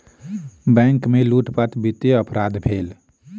bank में लूटपाट वित्तीय अपराध भेल